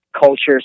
cultures